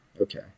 Okay